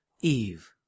Eve